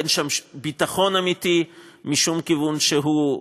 אין שם ביטחון אמיתי משום כיוון שהוא.